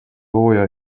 lawyer